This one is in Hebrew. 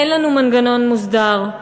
אין לנו מנגנון מוסדר,